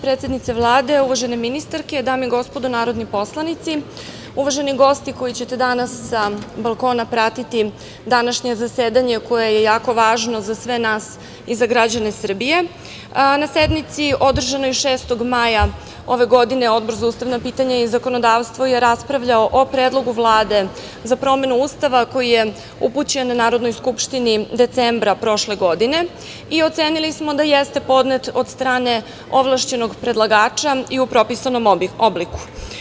Predsednice Vlade, uvažene ministarke, dame i gospodo narodni poslanici, uvaženi gosti koji ćete danas sa balkona pratiti današnje zasedanje koje je jako važno za sve nas i za građane Srbije, na sednici održanoj 6.maja 2021. godine, Odbor za ustavna pitanja i zakonodavstvo je raspravljao o Predlogu Vlade za promenu Ustava koji je upućen Narodnoj skupštini decembra prošle godine i ocenili smo da jeste podnet od strane ovlašćenog predlagača i u propisanom obliku.